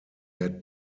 had